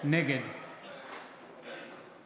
נגד